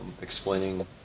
explaining